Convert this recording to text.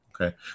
Okay